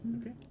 Okay